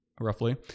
roughly